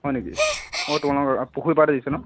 হয় নেকি মই তোমালোকৰ পুখুৰী পাৰতে দিছে ন